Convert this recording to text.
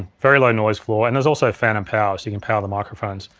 very low noise floor, and there's also phantom power, so you can power the microphones.